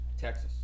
Texas